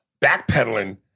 backpedaling